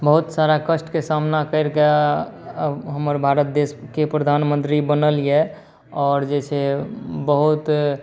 बहुत सारा कष्टके सामना करिके हमर भारत देशके प्रधानमन्त्री बनल यए आओर जे छै बहुत